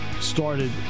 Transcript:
started